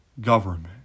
government